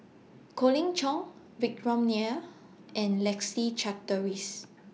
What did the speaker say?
Colin Cheong Vikram Nair and Leslie Charteris